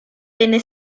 venne